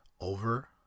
Over